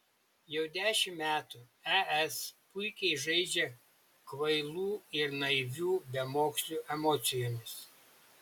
jau dešimt metų es puikiai žaidžia kvailų ir naivių bemokslių emocijomis